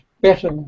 better